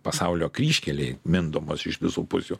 pasaulio kryžkelėj mindomos iš visų pusių